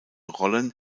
rollen